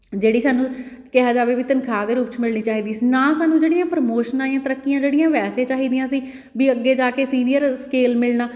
ਜਿਹੜੀ ਸਾਨੂੰ ਕਿਹਾ ਜਾਵੇ ਵੀ ਤਨਖਾਹ ਦੇ ਰੂਪ 'ਚ ਮਿਲਣੀ ਚਾਹੀਦੀ ਸੀ ਨਾ ਸਾਨੂੰ ਜਿਹੜੀਆਂ ਪ੍ਰਮੋਸ਼ਨਾਂ ਏ ਤਰੱਕੀਆਂ ਜਿਹੜੀਆਂ ਵੈਸੇ ਚਾਹੀਦੀਆਂ ਸੀ ਵੀ ਅੱਗੇ ਜਾ ਕੇ ਸੀਨੀਅਰ ਸਕੇਲ ਮਿਲਣਾ